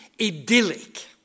idyllic